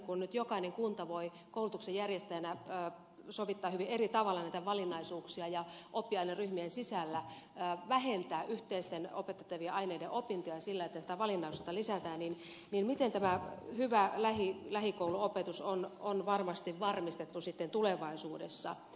kun nyt jokainen kunta voi koulutuksen järjestäjänä sovittaa hyvin eri tavalla näitä valinnaisuuksia ja oppiaineryhmien sisällä vähentää yhteisten opetettavien aineiden opintoja sillä että tätä valinnaisuutta lisätään niin miten tämä hyvä lähikouluopetus on varmasti varmistettu sitten tulevaisuudessa